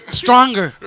stronger